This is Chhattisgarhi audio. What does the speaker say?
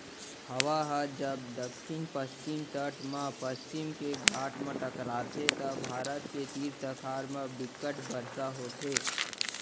हवा ह जब दक्छिन पस्चिम तट म पस्चिम के घाट म टकराथे त भारत के तीर तखार म बिक्कट बरसा होथे